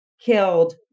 killed